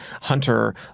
Hunter